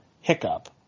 hiccup